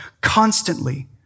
constantly